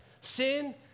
Sin